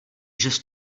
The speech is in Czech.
žes